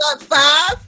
five